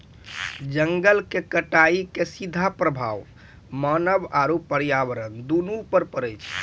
जंगल के कटाइ के सीधा प्रभाव मानव आरू पर्यावरण दूनू पर पड़ै छै